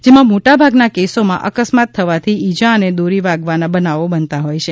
જેમાં મોટાભાગના કેસોમાં અકસ્માત થવાથી ઇજા અને દોરી વાગવાના બનાવો બનતા હોય છે